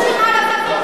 לא מגרשים ערבים,